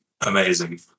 Amazing